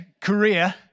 Korea